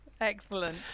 Excellent